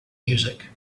music